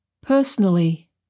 personally